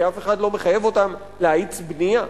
כי אף אחד לא מחייב אותם להאיץ בנייה.